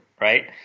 right